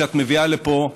שאת מביאה לפה,